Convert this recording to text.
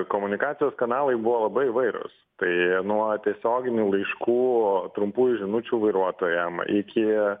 komunikacijos kanalai buvo labai įvairūs tai nuo tiesioginių laiškų trumpųjų žinučių vairuotojam iki